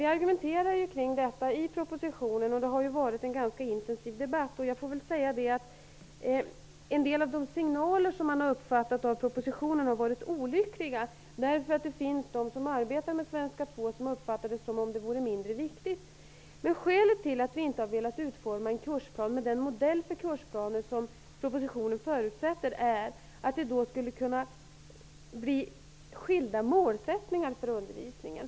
Vi argumenterar ju kring denna fråga i propositionen, och det har förts en ganska intensiv debatt. En del av de signaler som regeringen ger i propositionen har tolkats på ett olyckligt sätt. Det finns de som arbetar med svenska 2 som har uppfattat det som om ämnet vore mindre viktigt. Skälet till att regeringen inte har velat utforma en kursplan enligt den modell för kursplaner som propositionen förutsätter är att det då skulle kunna bli skilda målsättningar för undervisningen.